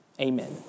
Amen